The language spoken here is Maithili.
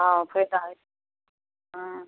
हँ फेर तऽ अहाँके हँ